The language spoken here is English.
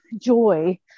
joy